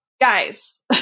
guys